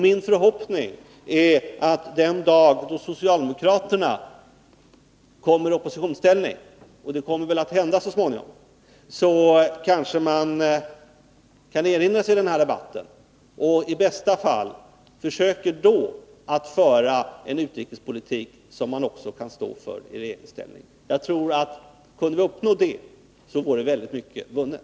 Min förhoppning är att socialdemokraterna den dag då de kommer i oppositionsställning — det kommer väl att hända så småningom — skall erinra sig denna debatt och i bästa fall försöka att föra en utrikespolitik 75 som man kan stå för också i regeringsställning. Kunde man uppnå detta, vore väldigt mycket vunnet.